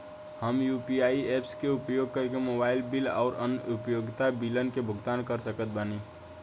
हम UPI apps के उपयोग करके मोबाइल बिल आउर अन्य उपयोगिता बिलन के भुगतान कर सकत बानी